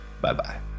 Bye-bye